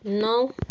नौ